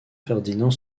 ferdinand